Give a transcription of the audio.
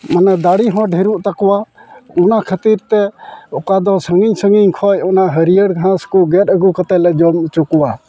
ᱢᱟᱱᱮ ᱫᱟᱲᱮᱹ ᱦᱚᱸ ᱰᱷᱮᱨᱳᱜ ᱛᱟᱠᱚᱣᱟ ᱚᱱᱟ ᱠᱷᱟᱹᱛᱤᱨ ᱛᱮ ᱚᱠᱟ ᱫᱚ ᱥᱟᱺᱜᱤᱧ ᱥᱟᱺᱜᱤᱧ ᱠᱷᱚᱡ ᱚᱱᱟ ᱦᱟᱹᱨᱭᱟᱹᱲ ᱜᱷᱟᱸᱥ ᱠᱚ ᱜᱮᱫ ᱟᱹᱜᱩ ᱠᱟᱛᱮᱫ ᱞᱮ ᱡᱚᱢ ᱚᱪᱚ ᱠᱚᱣᱟ